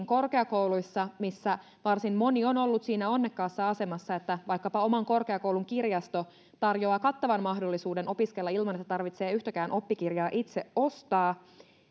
korkeakouluissa missä varsin moni on ollut siinä onnekkaassa asemassa että vaikkapa oman korkeakoulun kirjasto tarjoaa kattavan mahdollisuuden opiskella ilman että tarvitsee yhtäkään oppikirjaa itse ostaa